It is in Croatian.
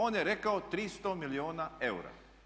On je rekao 300 milijuna eura.